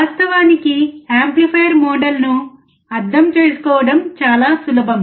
వాస్తవానికి యాంప్లిఫైయర్ మోడల్ను అర్థం చేసుకోవడం చాలా సులభం